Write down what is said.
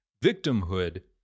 Victimhood